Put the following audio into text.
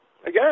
again